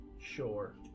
Sure